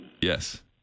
yes